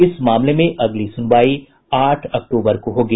इस मामले में अगली सुनवाई आठ अक्टूबर को होगी